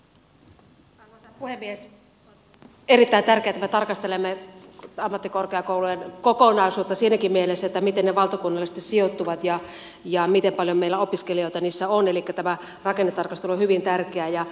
on erittäin tärkeätä että me tarkastelemme ammattikorkeakoulujen kokonaisuutta siinäkin mielessä miten ne valtakunnallisesti sijoittuvat ja miten paljon meillä opiskelijoita niissä on elikkä tämä rakennetarkastelu on hyvin tärkeää